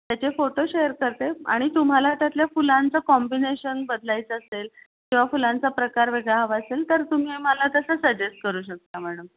त्याचे photo share करते आणि तुम्हाला त्यातल्या फुलांचं कॉम्बिनेशन बदलायचं असेल किंवा फुलांचा प्रकार वेगळा हवा असेल तर तुम्ही मला तसं सजेस्ट करू शकता मॅडम